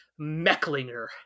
Mecklinger